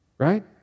Right